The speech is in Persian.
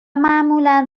معمولا